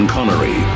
Connery